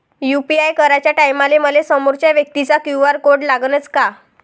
UPI कराच्या टायमाले मले समोरच्या व्यक्तीचा क्यू.आर कोड लागनच का?